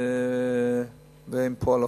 והן פועלות.